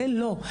זה לא.